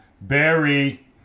Barry